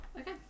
Okay